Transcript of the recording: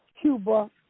Cuba